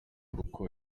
kuko